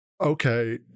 Okay